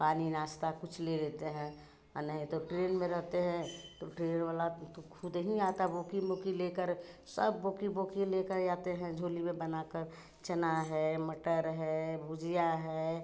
पानी नास्ता कुछ ले लेते हैं नहीं तो ट्रेन में रहते हैं तो ट्रेन वाला तो खुद हीं आता बोकी मोकी लेकर सब बोकी बोकी लेकर आते हैं झोली में बनाकर चना है मटर है भुजिया है